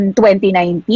2019